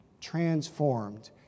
transformed